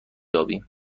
یابیم